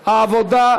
העבודה,